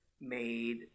made